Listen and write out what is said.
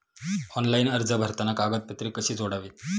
Online अर्ज भरताना कागदपत्रे कशी जोडावीत?